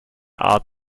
art